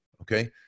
okay